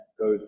goes